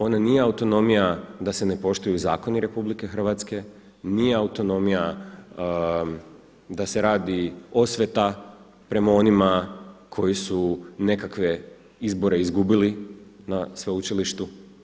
Ona nije autonomija da se ne poštuju zakoni RH, nije autonomija da se radi osveta prema onima koji su nekakve izbore izgubili na sveučilištu.